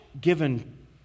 given